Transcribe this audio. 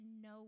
no